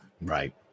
Right